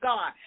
God